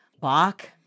Bach